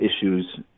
issues